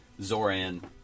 Zoran